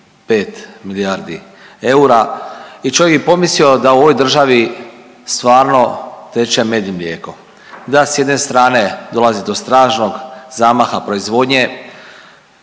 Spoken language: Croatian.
milijardi eura i čovjek bi pomislio da u ovoj državi stvarno teče med i mlijeko, da s jedne strane dolazi do strašnog zamaha proizvodnje,